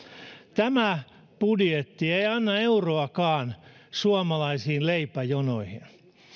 tämä budjetti ei anna euroakaan suomalaisiin leipäjonoihin